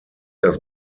das